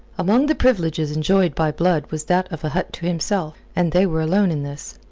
among the privileges enjoyed by blood was that of a hut to himself, and they were alone in this.